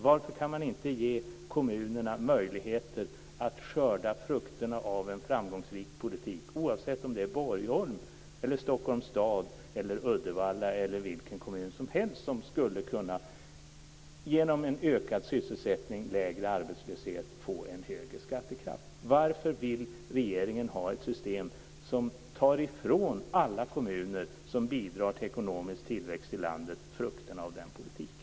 Varför kan man inte ge kommunerna möjligheter att skörda frukterna av en framgångsrik politik, oavsett om det är Borgholm, Stockholms stad, Uddevalla eller någon annan kommun som skulle kunna få högre skattekraft genom ökad sysselsättning och lägre arbetslöshet? Varför vill regeringen ha ett system som tar ifrån alla kommuner som bidrar till ekonomisk tillväxt i landet frukterna av den politiken?